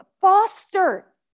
foster